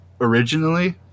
originally